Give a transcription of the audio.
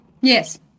Yes